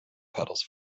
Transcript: pedals